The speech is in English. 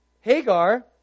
Hagar